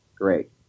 Great